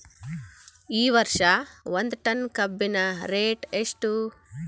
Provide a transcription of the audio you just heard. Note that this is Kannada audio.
ಈ ವರ್ಷ ಒಂದ್ ಟನ್ ಕಬ್ಬಿನ ರೇಟ್ ಎಷ್ಟು?